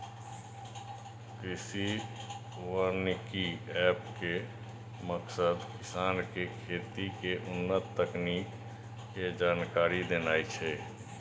कृषि वानिकी एप के मकसद किसान कें खेती के उन्नत तकनीक के जानकारी देनाय छै